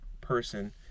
person